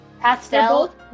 Pastel